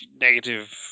Negative